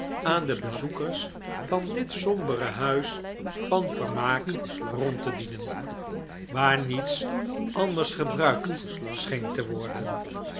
aan de bezoekers van dit sombere huis van vermaak rond te dienen waar niets anders gebruikt scheen te worden